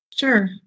Sure